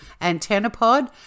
AntennaPod